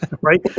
Right